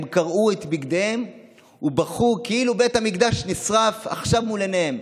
הם קרעו את בגדיהם ובכו כאילו בית המקדש נשרף עכשיו מול עיניהם.